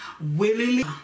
willingly